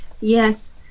Yes